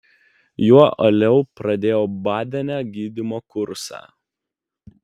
juo uoliau pradėjau badene gydymo kursą